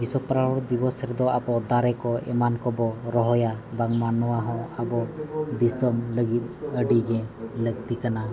ᱵᱤᱥᱥᱚ ᱯᱚᱨᱡᱟᱵᱚᱨᱱ ᱫᱤᱥᱚᱵᱚᱥ ᱨᱮᱫᱚ ᱟᱵᱚ ᱫᱟᱨᱮ ᱠᱚ ᱮᱢᱟᱱ ᱠᱚᱵᱚ ᱨᱚᱦᱚᱭᱟ ᱵᱟᱝᱢᱟ ᱱᱚᱣᱟ ᱦᱚᱸ ᱟᱵᱚ ᱫᱤᱥᱚᱢ ᱞᱟᱹᱜᱤᱫ ᱟᱹᱰᱤ ᱜᱮ ᱞᱟᱹᱠᱛᱤ ᱠᱟᱱᱟ